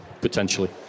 Potentially